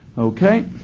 okay,